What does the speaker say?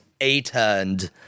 a-turned